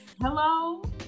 hello